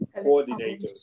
coordinators